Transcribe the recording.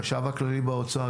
החשב הכללי באוצר,